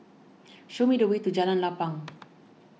show me the way to Jalan Lapang